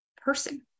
Person